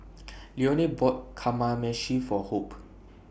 Leone bought Kamameshi For Hope